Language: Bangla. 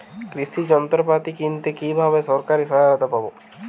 কৃষি যন্ত্রপাতি কিনতে কিভাবে সরকারী সহায়তা পাব?